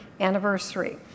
anniversary